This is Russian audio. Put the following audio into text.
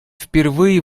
впервые